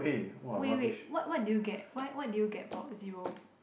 wait wait what what did you get why what did you get for zero